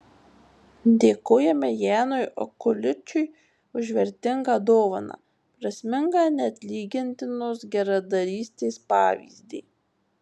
dėkojame janui okuličiui už vertingą dovaną prasmingą neatlygintinos geradarystės pavyzdį